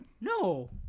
No